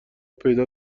پیدا